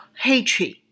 hatred